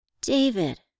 David